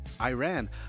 Iran